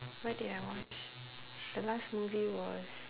what did I watch the last movie was